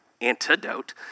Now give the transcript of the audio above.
antidote